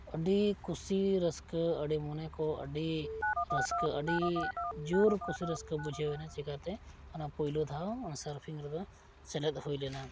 ᱟᱹᱰᱤ ᱠᱩᱥᱤ ᱨᱟᱹᱥᱠᱟᱹ ᱟᱹᱰᱤ ᱢᱚᱱᱮ ᱠᱚ ᱟᱹᱰᱤ ᱨᱟᱹᱥᱠᱟᱹ ᱟᱹᱰᱤ ᱡᱳᱨ ᱠᱩᱥᱤ ᱨᱟᱹᱥᱠᱟᱹ ᱵᱩᱡᱷᱟᱹᱣᱱᱟ ᱪᱤᱠᱟᱹᱛᱮ ᱚᱱᱟ ᱯᱳᱭᱞᱳᱫᱷᱟᱣ ᱚᱱᱟ ᱥᱟᱨᱯᱷᱤᱝ ᱨᱮᱫᱚ ᱥᱮᱞᱮᱫ ᱦᱩᱭ ᱞᱮᱱᱟ